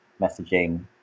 messaging